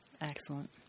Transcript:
Excellent